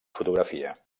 fotografia